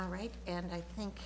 all right and i think